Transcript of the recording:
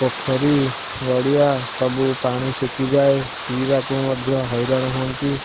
ପୋଖରୀ ଗଡ଼ିଆ ସବୁ ପାଣି ଶୁଖିଯାଏ ପିଇବାକୁ ମଧ୍ୟ ହଇରାଣ ହୁଅନ୍ତି